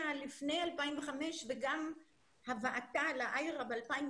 לפני 2005 וגם הבאתה לאיירה ב-2016,